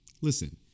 listen